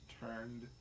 turned